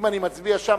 אם אני מצביע שם,